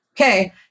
okay